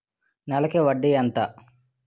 నెలకి వడ్డీ ఎంత?